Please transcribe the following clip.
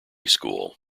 school